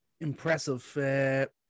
Impressive